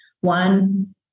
one